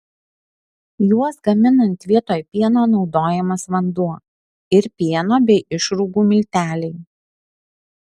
juos gaminant vietoj pieno naudojamas vanduo ir pieno bei išrūgų milteliai